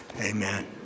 Amen